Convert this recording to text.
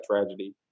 tragedy